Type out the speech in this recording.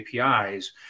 APIs